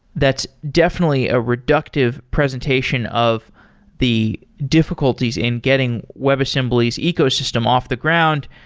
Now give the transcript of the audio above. that's definitely a reductive presentation of the difficulties in getting webassembly's ecosystem off the ground.